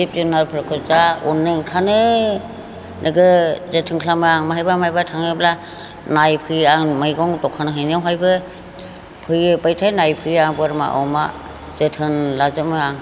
जिब जुनारफोरखौ जा अननो ओंखारो नोगोद जोथोन खालामो आं बहाबा बहाबा थांङोब्ला नायफैयो आं मैगं दखान हैनायावहायबो फैबाथाय नायफैयो आं बोरमा अमा जोथोन लाजोबो आं